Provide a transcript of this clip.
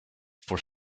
for